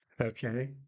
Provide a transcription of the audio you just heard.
Okay